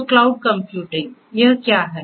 तो cloud computing यह क्या है